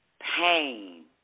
pain